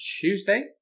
Tuesday